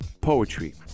poetry